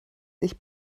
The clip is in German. sich